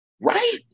Right